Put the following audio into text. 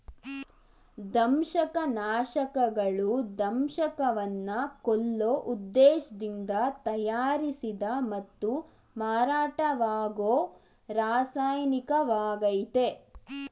ದಂಶಕನಾಶಕಗಳು ದಂಶಕವನ್ನ ಕೊಲ್ಲೋ ಉದ್ದೇಶ್ದಿಂದ ತಯಾರಿಸಿದ ಮತ್ತು ಮಾರಾಟವಾಗೋ ರಾಸಾಯನಿಕವಾಗಯ್ತೆ